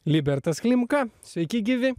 libertas klimka sveiki gyvi